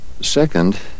Second